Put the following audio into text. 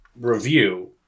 review